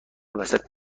وسط